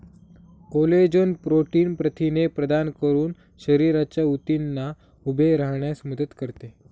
collagen protein प्रथिने प्रदान करून शरीराच्या ऊतींना उभे राहण्यास मदत करते